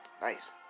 Nice